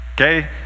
okay